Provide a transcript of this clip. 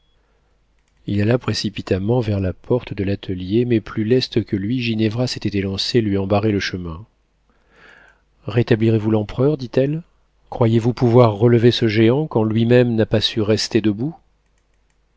il alla précipitamment vers la porte de l'atelier mais plus leste que lui ginevra s'était élancée et lui en barrait le chemin rétablirez vous l'empereur dit-elle croyez-vous pouvoir relever ce géant quand lui-même n'a pas su rester debout